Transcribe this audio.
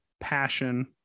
passion